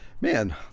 Man